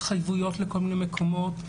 התחייבויות לכל מיני מקומות.